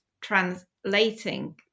translating